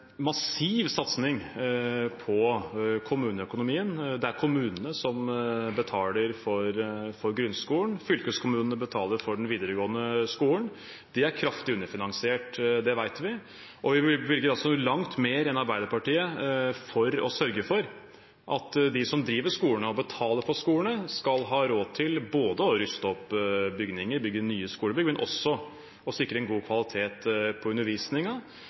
massiv satsing på kommuneøkonomien. Det er kommunene som betaler for grunnskolen, og fylkeskommunene betaler for den videregående skolen. De er kraftig underfinansiert, det vet vi. Vi bevilger langt mer enn Arbeiderpartiet for å sørge for at de som driver skolene, og betaler for skolene, skal ha råd til både å ruste opp bygninger og bygge nye skolebygg, og også sikre en god kvalitet på